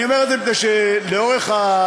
אני אומר את זה מפני שלאורך היום-יומיים